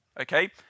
Okay